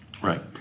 Right